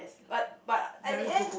but but at the end